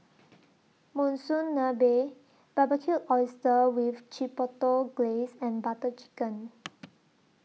Monsunabe Barbecued Oysters with Chipotle Glaze and Butter Chicken